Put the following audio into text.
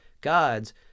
gods